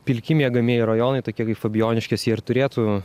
pilki miegamieji rajonai tokie kaip fabijoniškės jie ir turėtų